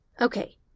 Okay